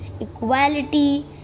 equality